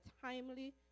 timely